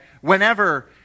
whenever